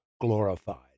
glorified